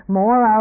more